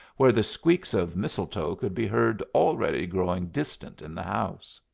where the squeaks of mistletoe could be heard already growing distant in the house.